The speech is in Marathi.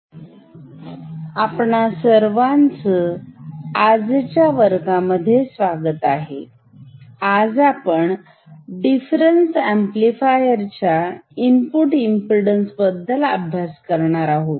डिफरेन्स ऍम्प्लिफायर III आपणा सर्वांच आजच्या वर्गामध्ये स्वागत आहे आज आपण डिफरेन्स ऍम्प्लिफायर च्या इनपुट इनपीडन्स बद्दल अभ्यास करणार आहोत